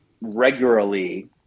regularly